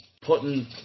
Putting